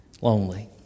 lonely